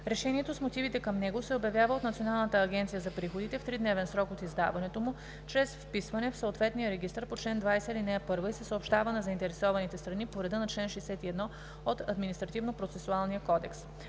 Решението с мотивите към него се обявява от Националната агенция за приходите в тридневен срок от издаването му чрез вписване в съответния регистър по чл. 20, ал. 1, и се съобщава на заинтересованите страни по реда на чл. 61 от Административнопроцесуалния кодекс.“